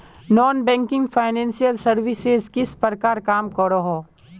Non banking financial services किस प्रकार काम करोहो?